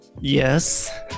yes